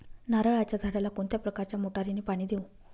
नारळाच्या झाडाला कोणत्या प्रकारच्या मोटारीने पाणी देऊ?